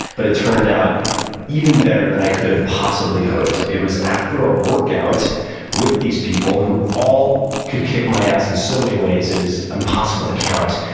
but it turned out even better than i could have possibly hoped. it was after a workout with these people who all could kick my ass in so many ways it is impossible to count,